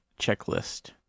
checklist